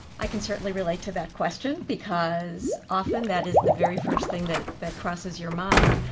i can certainly relate to that question because often that is the very first thing that that crosses your mind.